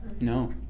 No